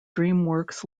dreamworks